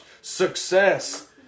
success